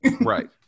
Right